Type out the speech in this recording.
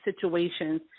situations